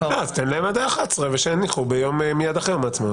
להם עד ה-11 ושיניחו מיד אחרי יום העצמאות.